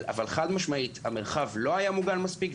אבל המרחב לא היה מוגן מספיק חד-משמעית.